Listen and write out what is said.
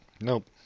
nope